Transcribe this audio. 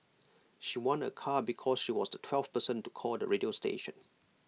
she won A car because she was the twelfth person to call the radio station